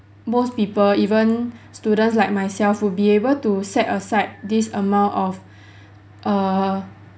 most people even students like myself would be able to set aside this amount of err